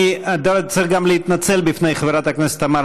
אני צריך גם להתנצל בפני חברת הכנסת תמר